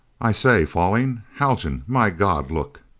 i say falling! haljan, my god, look!